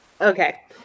Okay